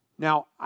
Now